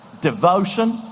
devotion